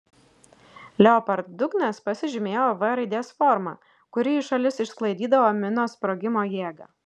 leopard dugnas pasižymėjo v raidės forma kuri į šalis išsklaidydavo minos sprogimo jėgą